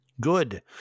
good